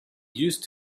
used